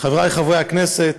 חבריי חברי הכנסת,